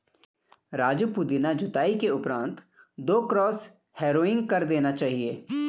राजू पुदीना जुताई के उपरांत दो क्रॉस हैरोइंग कर देना चाहिए